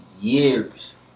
Years